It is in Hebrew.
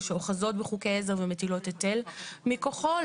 שאוחזות בחוקי עזר ומטילות היטל מכוחם,